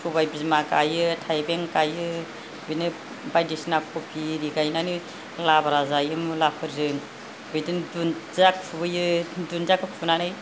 सबाइ बिमा गायो थाइबें गायो बिदिनो बायदिसिना कपि एरि गायनानै लाब्रा जायो मुलाफोरजों बिदिनो दुन्दिया खुबैयो दुन्दियाखौ खुनानै